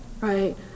right